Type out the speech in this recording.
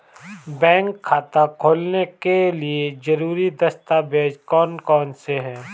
Bank खाता खोलने के लिए ज़रूरी दस्तावेज़ कौन कौनसे हैं?